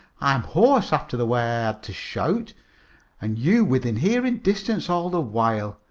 i'm hoarse after the way i had to shout and you within hearing distance all the while!